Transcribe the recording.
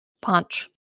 Punch